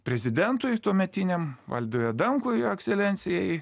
prezidentui tuometiniam valdui adamkui ekscelencijai